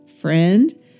Friend